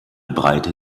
breite